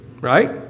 right